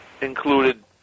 included